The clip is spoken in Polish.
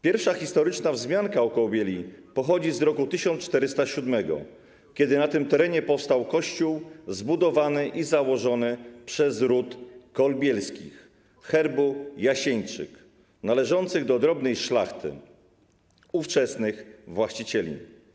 Pierwsza historyczna wzmianka o Kołbieli pochodzi z roku 1407, kiedy na tym terenie powstał kościół zbudowany i założony przez ród Kolibielskich herbu Jasieńczyk, należących do drobnej szlachty ówczesnych właścicieli.